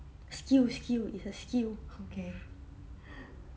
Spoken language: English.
skill skill is uh skill okay